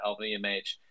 LVMH